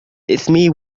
اسمي